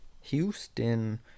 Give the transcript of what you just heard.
Houston